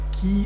qui